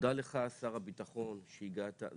תודה לך, שר הביטחון, שהגעת.